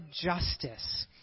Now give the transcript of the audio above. justice